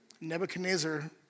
Nebuchadnezzar